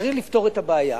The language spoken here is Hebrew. צריך לפתור את הבעיה.